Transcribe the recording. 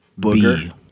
Booger